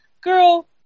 Girl